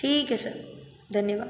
ठीक है सर धन्यवाद